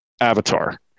Avatar